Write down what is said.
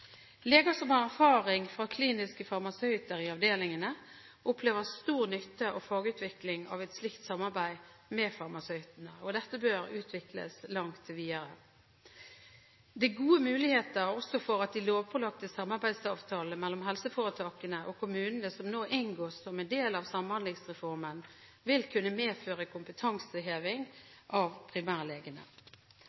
Leger som har erfaring med kliniske farmasøyter i avdelingene, opplever stor nytte og fagutvikling av et slikt samarbeid med farmasøytene. Dette bør utvikles langt videre. Det er gode muligheter også for at de lovpålagte samarbeidsavtalene mellom helseforetakene og kommunene som nå inngås som en del av Samhandlingsreformen, vil kunne medføre kompetanseheving